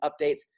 updates